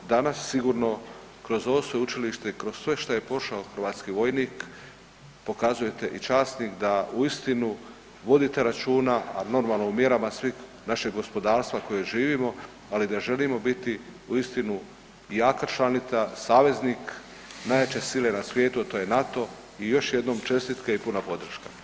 Danas sigurno kroz ovo sveučilište i kroz sve šta je prošao hrvatski vojnik pokazujete i časnik da uistinu vodite računa, a normalo u mjerama svih našeg gospodarstva koje živimo, ali da želimo biti uistinu jaka članica, saveznik, najjače sile na svijetu, a to je NATO i još jednom čestitke i puna podrška.